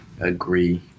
agree